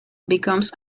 becomes